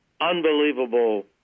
unbelievable